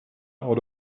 out